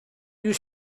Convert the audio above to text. you